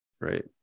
Right